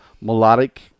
melodic